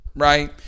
Right